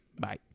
Bye